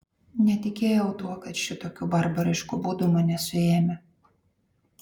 netikėjau tuo kad šitokiu barbarišku būdu mane suėmę